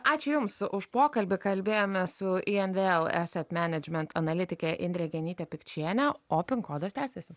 ačiū jums už pokalbį kalbėjomės su invl esat menedžment analitike indre genyte pikčiene o pin kodas tęsiasi